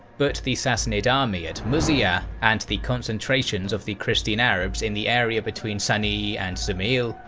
but the sassanid army at muzayyah, and the concentrations of the christian arabs in the area between saniyy and zumail,